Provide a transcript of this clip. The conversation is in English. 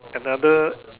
another